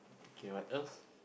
K what else